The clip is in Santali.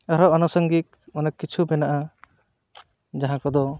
ᱟᱨᱦᱚᱸ ᱟᱱᱩᱥᱚᱝᱜᱤᱠ ᱚᱱᱮᱠᱤᱪᱷᱩ ᱢᱮᱱᱟᱜᱼᱟ ᱡᱟᱦᱟᱸ ᱠᱚᱫᱚ